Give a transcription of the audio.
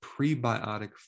prebiotic